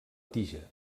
tija